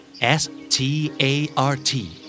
S-T-A-R-T